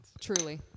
Truly